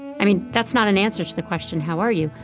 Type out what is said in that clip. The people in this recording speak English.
i mean, that's not an answer to the question, how are you?